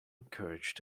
encouraged